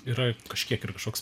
yra kažkiek ir kažkoks